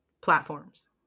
platforms